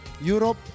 Europe